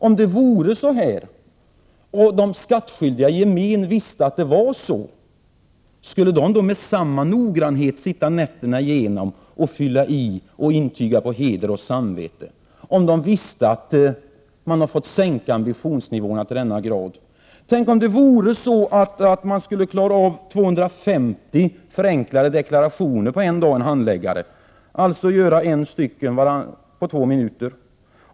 Om situationen vore sådan som jag har beskrivit den, och de skattskyldiga i gemen visste att ambitionsnivån har fått sänkas, skulle de då med samma noggrannhet sitta nätterna igenom och fylla i och intyga på heder och samvete? Tänk om det vore så att en handläggare kunde klara av att kontrollera 250 förenklade deklarationer på en dag, dvs. kontrollera en deklaration på två minuter!